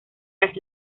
las